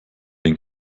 den